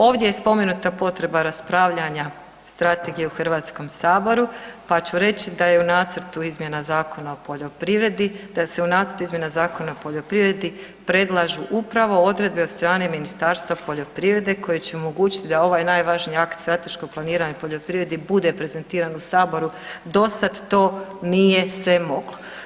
Ovdje je spomenuta potreba raspravljanja strategije u Hrvatskom saboru pa ću reći da je u nacrtu izmjena Zakona o poljoprivredi, da se u nacrt izmjena Zakona o poljoprivredi predlažu upravo odredbe od strane Ministarstva poljoprivrede koje će omogućiti da ovaj najvažniji akt strateškog planiranja o poljoprivredi bude prezentiran u Saboru, do sad to nije se moglo.